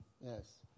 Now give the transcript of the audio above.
Yes